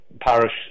parish